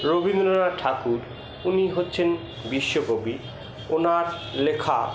রবীন্দ্রনাথ ঠাকুর উনি হচ্ছেন বিশ্বকবি ওনার লেখা